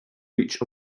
reach